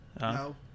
No